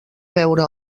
veure